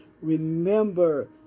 Remember